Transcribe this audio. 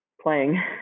playing